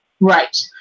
Right